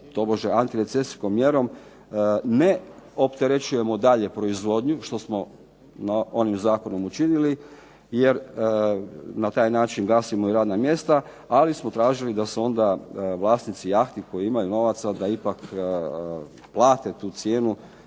tobože antirecesijskom mjerom, ne opterećujemo dalje proizvodnju, što smo onim Zakonom učinili jer na taj način gasimo i radna mjesta, ali smo tražili da se ona vlasnici jahti koji imaju novaca da ipak plate tu cijenu